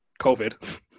COVID